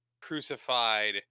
crucified